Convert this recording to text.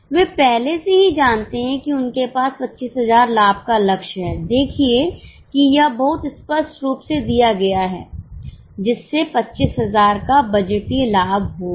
वे पहले से ही जानते हैं कि उनके पास 25000 लाभ का लक्ष्य है देखिए कि यह बहुत स्पष्ट रूप से दिया गया है जिससे 25000 का बजटीय लाभ होगा